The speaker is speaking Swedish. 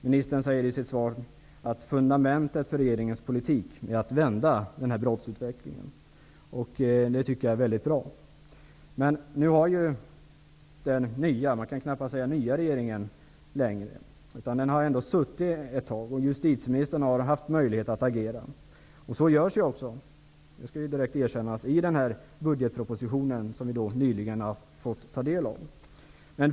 Ministern säger i sitt svar att fundamentet för regeringens politik är att vända den här brottsutvecklingen, och det tycker jag är väldigt bra. Regeringen har nu suttit ett tag, och justitieministern har haft möjlighet att agera. Så görs också -- det skall erkännas -- i den budgetproposition som vi nyligen har fått ta del av.